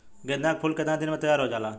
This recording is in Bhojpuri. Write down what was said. गेंदा के फूल केतना दिन में तइयार हो जाला?